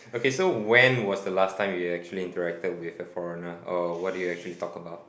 okay so when was the last time you actually interacted with a foreigner oh what do you actually talked about